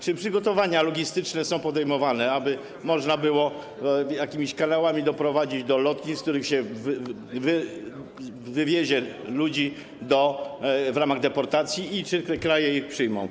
Czy przygotowania logistyczne są podejmowane, aby można było jakimiś kanałami doprowadzić ludzi do lotnisk, z których się ich wywiezie w ramach deportacji, i czy te kraje ich przyjmą?